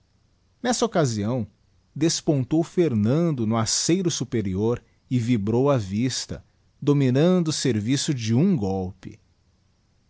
nessa occasião despontou fernando no aceiro superior e vibrou a vista dominando o serviço de um golpe